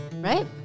Right